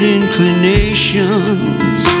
inclinations